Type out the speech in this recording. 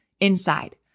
inside